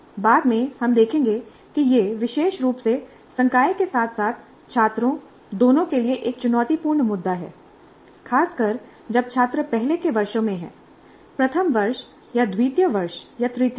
बाद में हम देखेंगे कि यह विशेष रूप से संकाय के साथ साथ छात्रों दोनों के लिए एक चुनौतीपूर्ण मुद्दा है खासकर जब छात्र पहले के वर्षों में हैं प्रथम वर्ष या द्वितीय वर्ष या तृतीय वर्ष